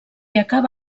acaba